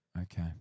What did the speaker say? Okay